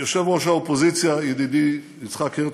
יושב-ראש האופוזיציה, ידידי יצחק הרצוג,